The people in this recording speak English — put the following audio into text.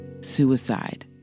suicide